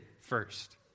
first